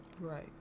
Right